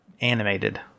animated